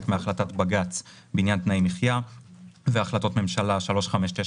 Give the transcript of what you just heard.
מהחלטת בג"ץ בעניין תנאי מחיה והחלטות ממשלה 3595,